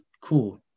cool